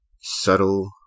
subtle